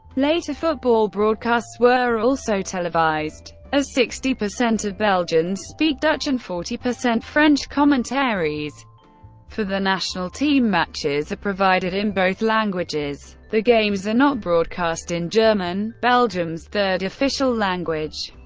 later, football broadcasts were also televised. as sixty per cent of belgians speak dutch and forty per cent french, commentaries for the national team matches are provided in both languages. the games are not broadcast in german belgium's third official language.